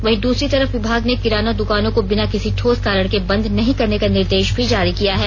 वहीं दूसरी तरफ विमाग ने किराना दुकानों को बिना किसी ठोस कारण के बंद नहीं करने का निर्देश भी जारी किया है